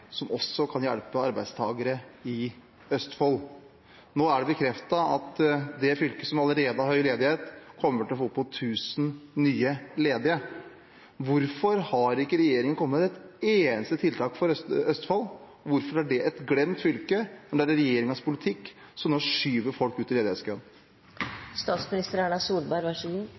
som kan hjelpe arbeidstakere i Østfold. Nå er det bekreftet at dette fylket, som allerede har høy ledighet, kommer til å få opp mot 1 000 nye ledige. Hvorfor har ikke regjeringen kommet med et eneste tiltak for Østfold? Hvorfor er det et glemt fylke, der regjeringens politikk nå skyver folk ut i ledighetskøen? Jeg mener ikke at det er regjeringens politikk som skyver folk ut i